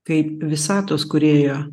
kaip visatos kūrėjo